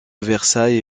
versailles